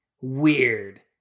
weird